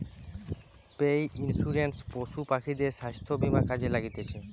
পেট insurance পশু পাখিদের স্বাস্থ্য বীমা কাজে লাগতিছে